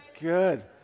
Good